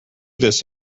this